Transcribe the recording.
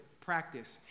practice